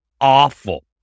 awful